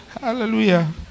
Hallelujah